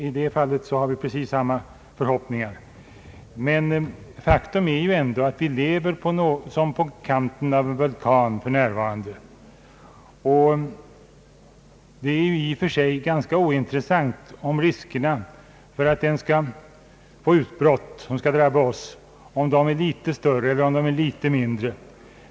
I det fallet har vi precis samma förhoppningar. Faktum är dock att vi för närvarande lever som på kanten av en vulkan. Det är då i och för sig ganska ointressant om riskerna för att den skall få utbrott som drabbar oss är litet större eller litet mindre.